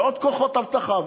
ועוד כוחות אבטחה,